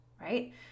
right